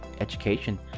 education